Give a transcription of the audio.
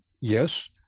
Yes